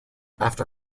after